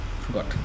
forgot